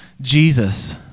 Jesus